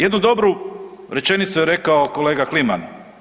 Jednu dobru rečenicu je rekao kolega Kliman.